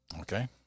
Okay